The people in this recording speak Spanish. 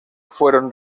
fueron